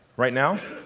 right now,